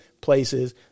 places